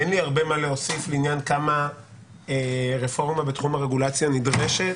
אין לי הרבה מה להוסיף בעניין כמה רפורמה בתחום הרגולציה נדרשת,